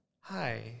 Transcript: Hi